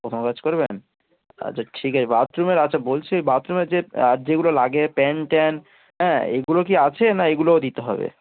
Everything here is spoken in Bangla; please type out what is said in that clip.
প্রথম কাজ করবেন আচ্ছা ঠিক আছে বাথরুমের আচ্ছা বলছি বাথরুমের যে যেগুলো লাগে প্যান ট্যান হ্যাঁ এগুলো কি আছে না এগুলোও দিতে হবে